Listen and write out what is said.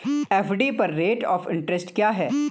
FD पर rate of interest क्या है?